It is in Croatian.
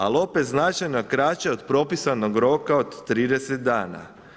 A opet značajno kraće od propisanog roka od 30 dana.